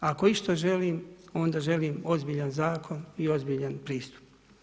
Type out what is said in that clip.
Ako išta želim, onda želim ozbiljan Zakon i ozbiljan pristup.